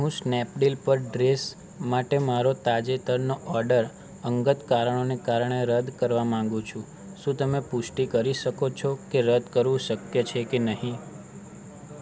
હું સ્નેપડીલ પર ડ્રેસ માટે મારો તાજેતરનો ઓર્ડર અંગત કારણોને કારણે રદ્દ કરવા માંગુ છું શું તમે પુષ્ટિ કરી શકો છો કે રદ્દ કરવું શક્ય છે કે નહીં